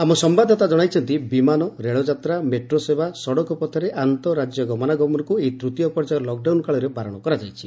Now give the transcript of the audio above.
ଆମ ସମ୍ଘାଦଦାତା ଜଣାଇଛନ୍ତି ବିମାନ ରେଳ ଯାତ୍ରା ମେଟ୍ରୋ ସେବା ସଡ଼କ ପଥରେ ଆନ୍ତଃ ରାଜ୍ୟ ଗମନାଗମନକୁ ଏହି ତୃତୀୟ ପର୍ଯ୍ୟାୟ ଲକ୍ଡାଉନ କାଳରେ ବାରଣ କରାଯାଇଛି